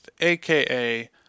aka